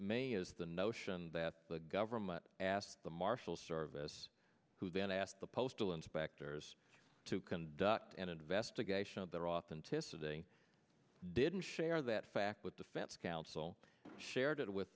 me is the notion that the government asked the marshal service who then asked the postal inspectors to conduct an investigation of their authenticity didn't share that fact with defense counsel shared wit